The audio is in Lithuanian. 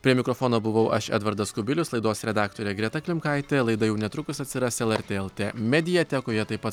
prie mikrofono buvau aš edvardas kubilius laidos redaktorė greta klimkaitė laida jau netrukus atsiras lrt lt mediatekoje taip pat